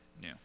new